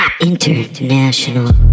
INTERNATIONAL